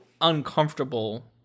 uncomfortable